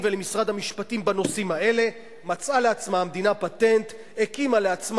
אם מישהו חושב שבהליכים